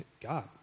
God